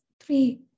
three